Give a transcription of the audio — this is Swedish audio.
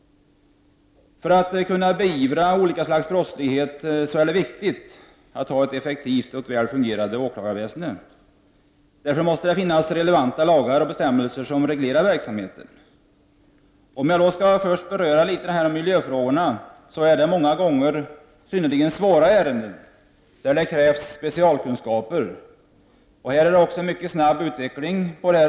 För att kunna beivra olika former av brottslighet är det viktigt att ha ett effektivt och väl fungerande åklagarväsende. Det måste därför finnas relevanta lagar och bestämmelser som reglerar verksamheten. När det gäller miljöfrågorna är det ofta fråga om synnerligen svåra ärenden där det krävs specialkunskaper. Det sker också här en mycket snabb ut veckling.